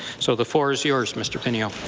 so the floor is yours, mr. pineo.